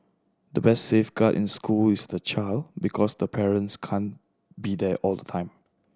the best safeguard in school is the child because the parents can't be there all the time